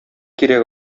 кирәк